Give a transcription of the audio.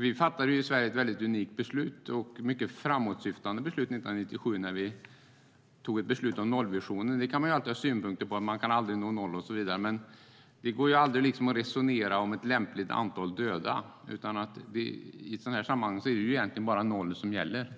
Vi fattade i Sverige ett unikt och mycket framåtsyftande beslut 1997 när vi fattade beslut om nollvisionen. Man kan alltid ha synpunkter på det. Man kan aldrig nå noll och så vidare. Men det går aldrig att resonera om ett lämpligt antal döda, utan i ett sådant här sammanhang är det egentligen bara noll som gäller.